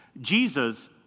Jesus